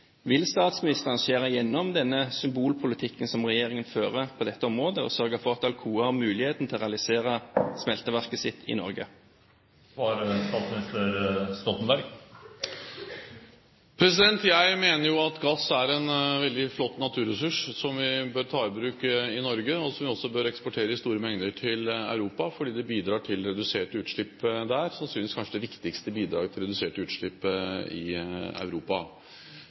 Vil statsministeren skjære igjennom denne symbolpolitikken som regjeringen fører på dette området, og sørge for at Alcoa har muligheten til å realisere smelteverket sitt i Norge? Jeg mener jo at gass er en veldig flott naturressurs som vi bør ta i bruk i Norge, og som vi også bør eksportere i store mengder til Europa, fordi det bidrar til reduserte utslipp der, sannsynligvis kanskje det viktigste bidraget til reduserte utslipp i Europa.